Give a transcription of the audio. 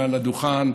מעל הדוכן,